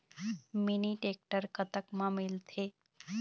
Mini tractor कतक म मिलथे?